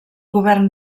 govern